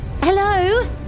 Hello